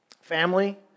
Family